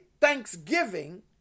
Thanksgiving